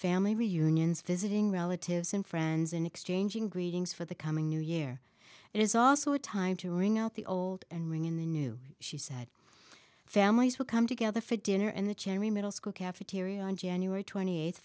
family reunions visiting relatives and friends and exchanging greetings for the coming new year it is also a time to ring out the old and ring in the new she said families will come together for dinner and the cherry middle school cafeteria on january twenty eighth